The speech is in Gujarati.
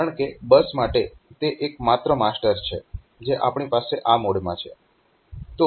કારણકે બસ માટે તે એક માત્ર માસ્ટર છે જે આપણી પાસે આ મોડમાં છે